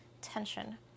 tension